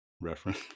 reference